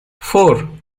four